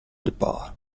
départ